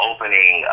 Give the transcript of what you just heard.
Opening